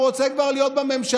הוא רוצה כבר להיות בממשלה.